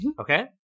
Okay